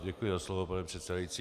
Děkuji za slovo, pane předsedající.